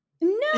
no